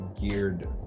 geared